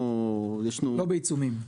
לא בעיצומים.